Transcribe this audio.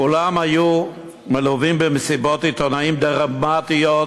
כולם היו מלווים במסיבות עיתונאים דרמטיות